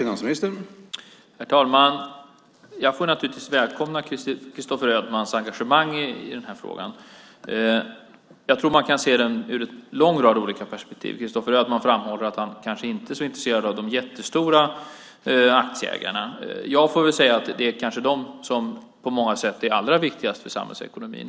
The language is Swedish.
Herr talman! Jag får naturligtvis välkomna Christopher Ödmanns engagemang i den här frågan. Jag tror att man kan se på frågan ur en lång rad perspektiv. Christopher Ödmann framhåller att han kanske inte är så intresserad av de jättestora aktieägarna. Jag får väl säga att det kanske är de som på många sätt är allra viktigast för samhällsekonomin.